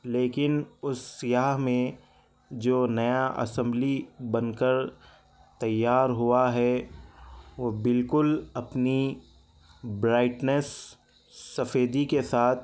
لیکن اس سیاہ میں جو نیا اسمبلی بن کر تیّار ہوا ہے وہ بالکل اپنی برائٹنس سفیدی کے ساتھ